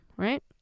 Right